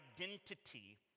identity